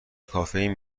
کافئین